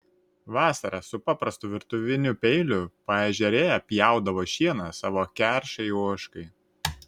vasarą su paprastu virtuviniu peiliu paežerėje pjaudavo šieną savo keršai ožkai